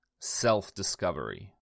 self-discovery